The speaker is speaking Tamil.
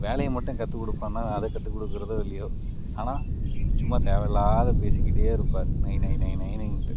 வேலையை மட்டும் கற்றுக்குடுக்கணுனா அதை கற்றுக்குடுக்குறதோ இல்லையோ ஆனால் சும்மா தேவையில்லாத பேசிக்கிட்டே இருப்பார் நைநைநைநைன்ட்டு